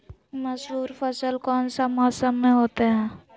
मसूर फसल कौन सा मौसम में होते हैं?